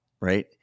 right